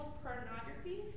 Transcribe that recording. pornography